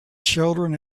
children